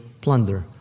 plunder